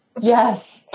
Yes